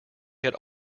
had